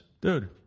Dude